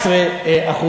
17%,